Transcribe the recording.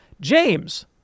James